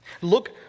Look